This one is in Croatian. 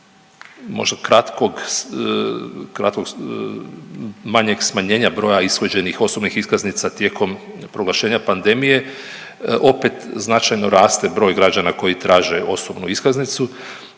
kratkog manjeg smanjenja broja ishođenih osobnih iskaznica tijekom proglašenja pandemije, opet značajno raste broj građana koji traže osobnu iskaznicu